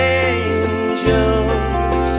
angels